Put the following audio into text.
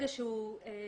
ברגע